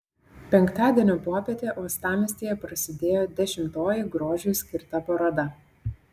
penktadienio popietę uostamiestyje prasidėjo dešimtoji grožiui skirta paroda